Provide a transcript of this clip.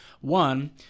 one